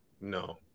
no